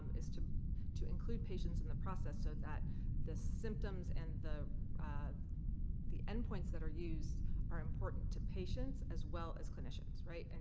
is to to include patients in the process so that the symptoms and the the endpoints that are used are important to patients as well as clinicians, right? and